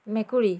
মেকুৰী